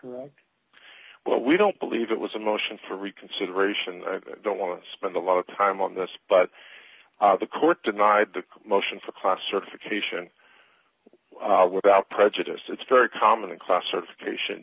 but we don't believe it was a motion for reconsideration i don't want to spend a lot of time on this but the court denied the motion for class certification without prejudice it's very common in class certification